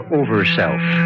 over-self